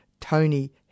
Tony